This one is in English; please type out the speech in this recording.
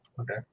Okay